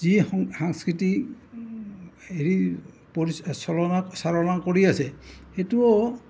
যি সাং সাংস্কৃতিক হেৰি পৰি পৰি পৰিচালনা কৰি আছে সেইটোও